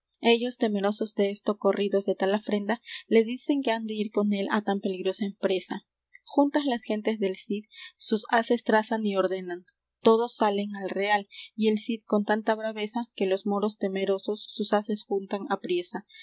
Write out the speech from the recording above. ellos temerosos desto corridos de tal afrenta le dicen que han de ir con él á tan peligrosa empresa juntas las gentes del cid sus haces trazan y ordenan todos salen al real y el cid con tanta braveza que los moros temerosos sus haces juntan apriesa